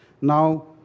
Now